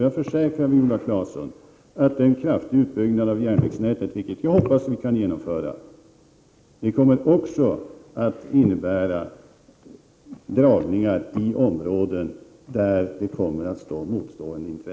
Jag försäkrar Viola Claesson att också en kraftig utbyggnad av järnvägsnätet, vilket jag hoppas att vi kan genomföra, i olika områden kommer att leda till dragningar där olika intressen står mot varandra.